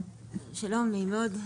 שלום, נעים מאוד.